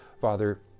Father